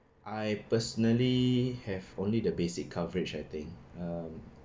I personally have only the basic coverage I think um